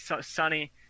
sunny